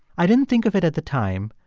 i didn't think of it at the time,